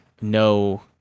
no